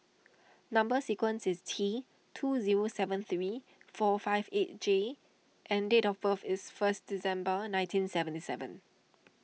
Number Sequence is T two zero seven three four five eight J and date of birth is first December nineteen seventy seven